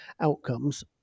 outcomes